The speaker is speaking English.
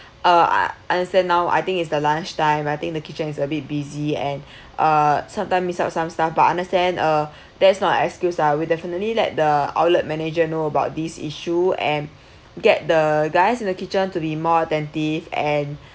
err I understand now I think it's the lunchtime I think the kitchen is a bit busy and uh sometime miss up some stuff but understand uh there's no excuse I would definitely let the outlet manager know about this issue and get the guys in the kitchen to the more attentive and